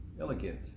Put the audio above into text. Elegant